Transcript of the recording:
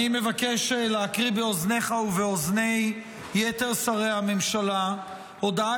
אני מבקש להקריא באוזניך ובאוזני יתר שרי הממשלה הודעה